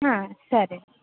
ಹಾಂ ಸರಿ